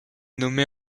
nommée